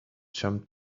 jump